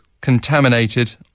contaminated